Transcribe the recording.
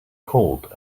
cold